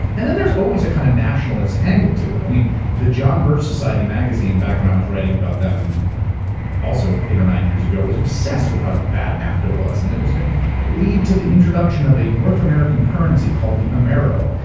and then there's always a kind of nationalist angle to it. the john birch society magazine back when i was writing about them also eight or nine years ago was obsessed with how bad nafta was, and that was going to lead to the introduction of a north american currency called the amero,